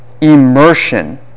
immersion